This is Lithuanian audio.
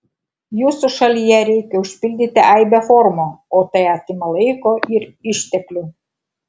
jūsų šalyje reikia užpildyti aibę formų o tai atima laiko ir išteklių